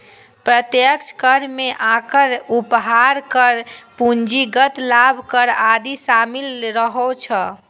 प्रत्यक्ष कर मे आयकर, उपहार कर, पूंजीगत लाभ कर आदि शामिल रहै छै